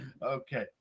Okay